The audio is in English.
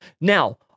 Now